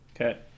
Okay